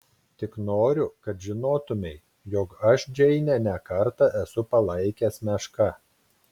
tik noriu kad žinotumei jog aš džeinę ne kartą esu palaikęs meška